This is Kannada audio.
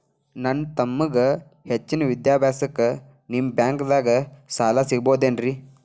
ನನ್ನ ತಮ್ಮಗ ಹೆಚ್ಚಿನ ವಿದ್ಯಾಭ್ಯಾಸಕ್ಕ ನಿಮ್ಮ ಬ್ಯಾಂಕ್ ದಾಗ ಸಾಲ ಸಿಗಬಹುದೇನ್ರಿ?